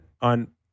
on